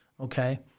Okay